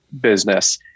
business